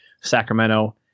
Sacramento